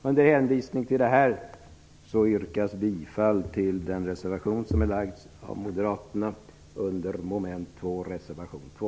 Med hänvisning till detta yrkas bifall till reservation 2 som är lagd av moderaterna under mom. 2.